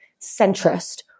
centrist